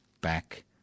back